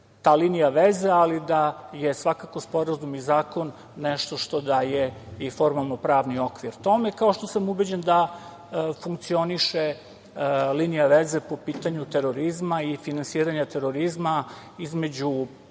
ta linija veze, ali da je svakako sporazum i zakon nešto što daje i formalnopravni okvir tome, kao što sam ubeđen da funkcioniše linija veze po pitanju terorizma i finansiranja terorizma između